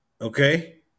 Okay